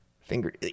Finger –